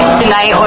tonight